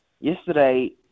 yesterday